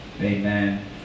Amen